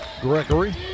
Gregory